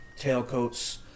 tailcoats